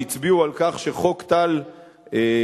שהצביעו על כך שחוק טל נכשל,